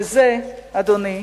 זה, אדוני,